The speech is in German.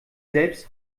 selbst